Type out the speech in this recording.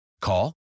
Call